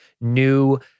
new